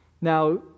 Now